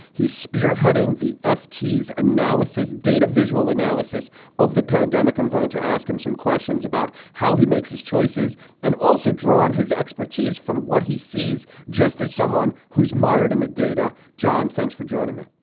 he's spearheading the ftc analysis, data, visual analysis of the pandemic. i'm going to ask him some questions about how he makes his choices and also drawn his expertise from what he sees just as someone who's mired in the data. john, thanks for joining me.